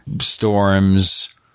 storms